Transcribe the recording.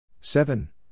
seven